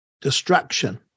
destruction